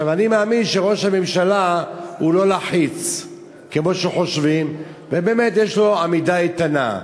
אני מאמין שראש הממשלה לא לחיץ כמו שחושבים ויש לו עמידה איתנה.